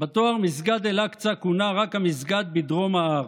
בתואר "מסגד אל-אקצא" כונה רק המסגד בדרום ההר.